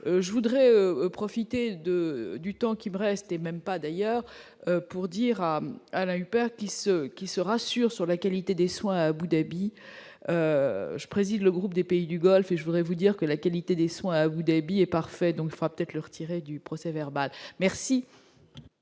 je voudrais profiter de du temps qui me restait même pas d'ailleurs pour dire à la upper qui se qui se rassure sur la qualité des soins Abou-Dhabi, je préside le groupe des pays du Golfe, et je voudrais vous dire que la qualité des soins ou débit est parfait, donc fera peut-être leur du procès-verbal, merci.